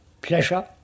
pleasure